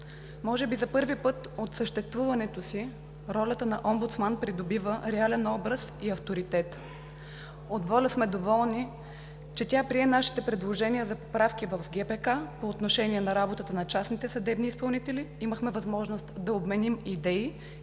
Може би за първи път от съществуването си ролята на омбудсман придобива реален образ и авторитет. От „Воля“ сме доволни, че тя прие нашите предложения за поправки в ГПК по отношение на работата на частните съдебни изпълнители. Имахме възможност да обменим идеи